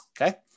okay